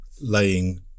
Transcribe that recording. laying